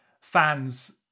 fans